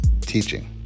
teaching